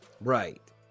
right